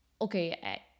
okay